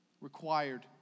required